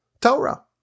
Torah